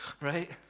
right